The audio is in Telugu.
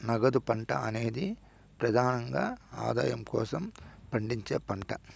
నగదు పంట అనేది ప్రెదానంగా ఆదాయం కోసం పండించే పంట